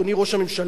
אדוני ראש הממשלה,